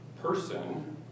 person